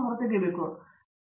ಅರಂದಾಮ ಸಿಂಗ್ ಅದರ ಹಿಂದಿನ ಮಾದರಿಯೇನು